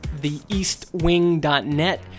theeastwing.net